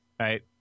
Right